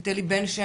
את אלי בן-שם,